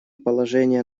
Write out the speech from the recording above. положение